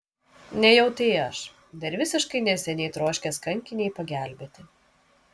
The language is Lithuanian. nejau tai aš dar visiškai neseniai troškęs kankinei pagelbėti